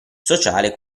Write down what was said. sociale